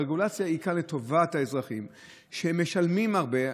הרגולציה כאן היא לטובת האזרחים שמשלמים הרבה.